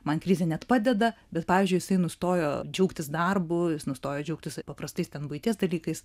man krizė net padeda bet pavyzdžiui jisai nustojo džiaugtis darbu nustojo džiaugtis paprastais buities dalykais